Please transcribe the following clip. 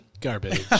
garbage